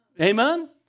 Amen